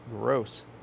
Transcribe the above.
Gross